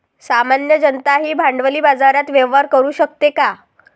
सामान्य जनताही भांडवली बाजारात व्यवहार करू शकते का?